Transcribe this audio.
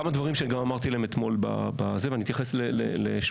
כמה דברים שגם אמרתי אתמול ואני אתייחס ל-8ד.